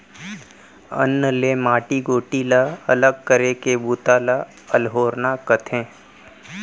अन्न ले माटी गोटी ला अलग करे के बूता ल अल्होरना कथें